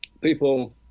people